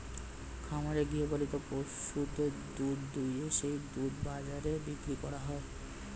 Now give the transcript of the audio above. খামারে গৃহপালিত পশুদের দুধ দুইয়ে সেই দুধ বাজারে বিক্রি করা হয়